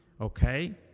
okay